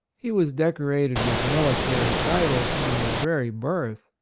he was decorated with mili tary titles from his very birth.